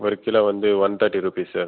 ஒரு கிலோ வந்து one thirty rupees sir